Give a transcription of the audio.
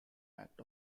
act